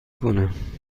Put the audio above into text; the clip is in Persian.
کنم